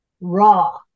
raw